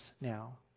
now